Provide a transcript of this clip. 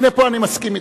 הנה, פה אני מסכים אתך.